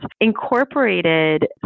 incorporated